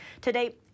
Today